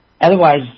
Otherwise